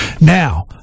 Now